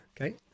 Okay